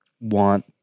want